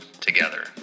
together